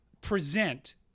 present